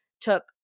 took